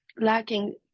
lacking